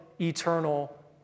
eternal